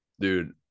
dude